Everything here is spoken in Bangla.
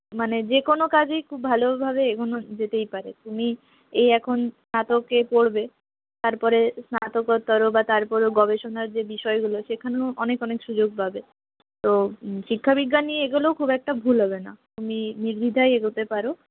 মানে যে কোনো কাজই খুব ভালোভাবে এগোনো যেতেই পারে তুমি এই এখন স্নাতকে পড়বে তার পরে স্নাতকোত্তরও বা তার পরে গবেষণার যে বিষয়গুলো সেখানেও অনেক অনেক সুযোগ পাবে তো শিক্ষাবিজ্ঞান নিয়ে এগোলেও খুব একটা ভুল হবে না তুমি নির্দ্বিধায় এগোতে পারো